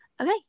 Okay